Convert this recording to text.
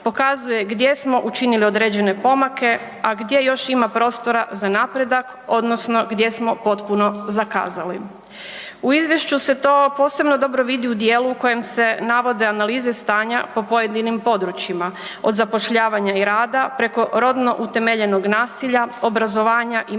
Pokazuje gdje smo učinili određene pomake, a gdje još ima prostora za napredak odnosno gdje smo potpuno zakazali. U izvješću se to posebno dobro vidi u dijelu u kojem se navode analize stanja po pojedinim područjima, od zapošljavanja i rada preko rodno utemeljenog nasilja, obrazovanja i medija,